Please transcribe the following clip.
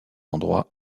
endroits